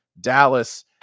dallas